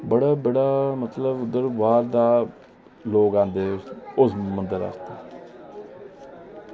बड़े बड़े मतलब उद्धर बाहर दा लोक आंदे उस मंदर